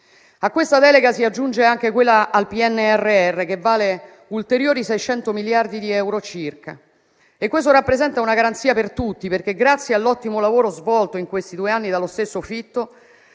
A questa delega si aggiunge anche quella al PNRR, che vale ulteriori 600 miliardi di euro circa e rappresenta una garanzia per tutti, perché, grazie all'ottimo lavoro svolto in questi due anni dallo stesso Fitto,